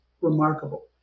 remarkable